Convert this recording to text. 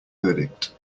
verdict